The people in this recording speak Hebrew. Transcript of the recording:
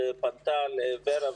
היא פנתה ל-ור"ה,